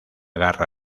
garra